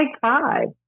five